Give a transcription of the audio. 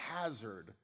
hazard